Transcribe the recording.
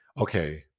Okay